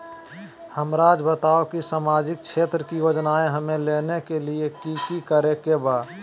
हमराज़ बताओ कि सामाजिक क्षेत्र की योजनाएं हमें लेने के लिए कि कि करे के बा?